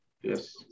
Yes